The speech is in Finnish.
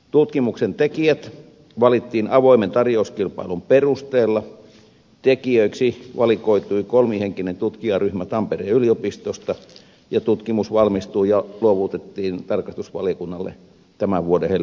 tutkimuksen tekijät valittiin avoimen tarjouskilpailun perusteella tekijöiksi valikoitui kolmihenkinen tutkijaryhmä tampereen yliopistosta ja tutkimus valmistui ja luovutettiin tarkastusvaliokunnalle tämän vuoden helmikuussa